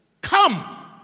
Come